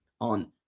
on